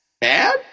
bad